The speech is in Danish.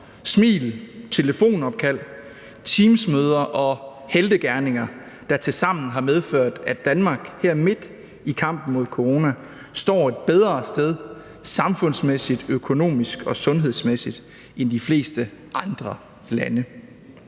smil, telefonopkald, Teams-møder og heltegerninger, der tilsammen har medført, at Danmark her midt i kampen mod corona står et bedre sted samfundsmæssigt, økonomisk og sundhedsmæssigt end de fleste andre lande.